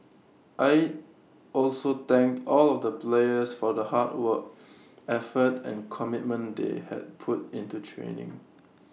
aide also thanked all of the players for the hard work effort and commitment they had put into training